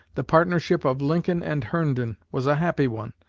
the partnership of lincoln and herndon was a happy one,